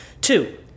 Two